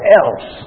else